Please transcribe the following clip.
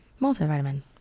multivitamin